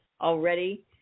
already